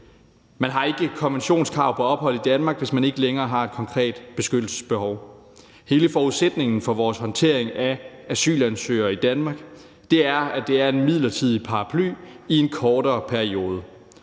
Man har ikke konventionskrav på ophold i Danmark, hvis man ikke længere har et konkret beskyttelsesbehov. Hele forudsætningen for vores håndtering af asylansøgere i Danmark er, at det er en midlertidig måde at skærme på i en kortere periode.